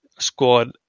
Squad